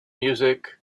music